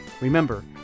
Remember